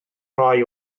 rhai